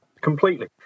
Completely